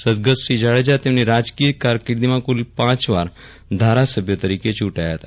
સદગત શ્રી જાકેજા તેમની રાજકીય ુકારકિંદીમાં કુળ પાંચવાર ધારાસભ્ય તેરીકે ચુંટાયા હતા